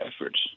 efforts